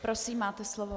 Prosím, máte slovo.